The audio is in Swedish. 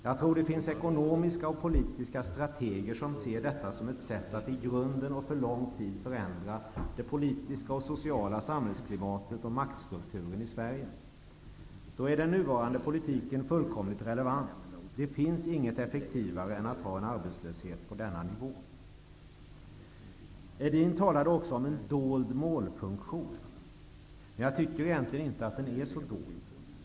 Jag tror det finns ekonomiska och politiska strateger som ser detta som ett sätt att i grunden och för lång tid förändra det politiska och sociala samhällsklimatet och maktstrukturen i Sverige. Då är den nuvarande politiken fullkomligt relevant. Det finns inget effektivare än att ha en arbetslöshet på denna nivå.'' Edin talade också om en dold målfunktion. Jag tycker att den egentligen inte är så dold.